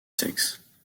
sexes